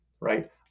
right